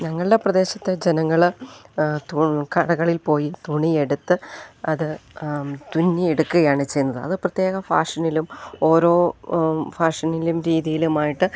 ഞങ്ങളുടെ പ്രദേശത്തെ ജനങ്ങൾ തു കടകളിൽ പോയി തുണിയെടുത്ത് അത് തുന്നിയെടുക്കുകയാണ് ചെയ്യുന്നത് അത് പ്രത്യേക ഫാഷനിലും ഓരോ ഫാഷനിലും രീതിയിലുമായിട്ട്